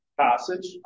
passage